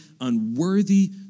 unworthy